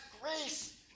grace